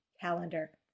calendar